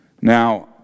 Now